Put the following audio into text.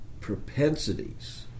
propensities